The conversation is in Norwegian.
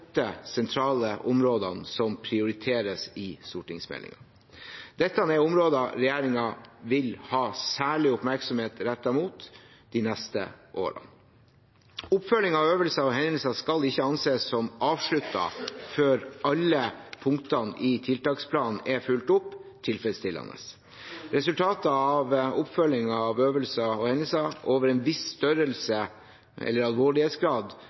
åtte sentrale områdene som prioriteres i stortingsmeldingen. Dette er områder regjeringen vil ha særlig oppmerksomhet rettet mot de neste årene. Oppfølging av øvelser og hendelser skal ikke anses som avsluttet før alle punktene i tiltaksplanen er fulgt opp tilfredsstillende. Resultatet av oppfølgingen av øvelser og hendelser over en viss størrelse eller alvorlighetsgrad